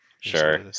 Sure